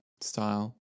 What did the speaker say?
style